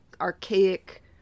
archaic